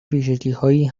ویژگیهایی